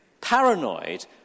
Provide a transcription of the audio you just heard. paranoid